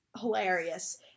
hilarious